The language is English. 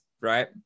right